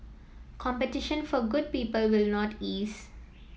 competition for good people will not ease